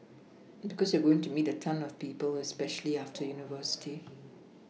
because you're going to meet a ton of people especially after university